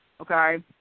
okay